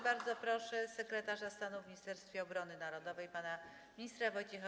Bardzo proszę sekretarza stanu w Ministerstwie Obrony Narodowej pana ministra Wojciecha